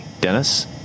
Dennis